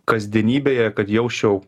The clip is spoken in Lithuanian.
kasdienybėje kad jausčiau